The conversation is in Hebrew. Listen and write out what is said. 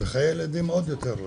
וחיי ילדים עוד יותר,